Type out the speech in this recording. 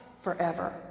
forever